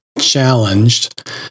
challenged